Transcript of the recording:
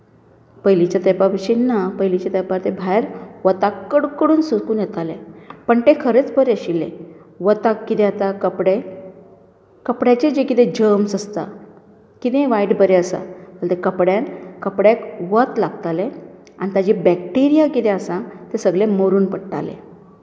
पयलींच्या तेंपा भाशेन ना पयलींच्या तेंपार ते भायर कडकडून सुकून येताले पण ते खरेंच बरे आशिल्ले वताक किदें जाता कपडे कपड्यांचेर जे किदें जम्स आसता किदेंय वायट बरें आसा जाल्यार त्या कपड्यान कपड्याक वत लागतालें आनी ताजेर बँक्टेरीया किदें आसा ते सगले मरुन पडटाले